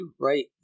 right